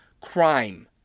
crime